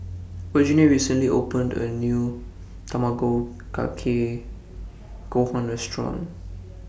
Virginia recently opened A New Tamago Kake Gohan Restaurant